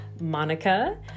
Monica